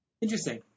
Interesting